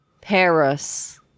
paris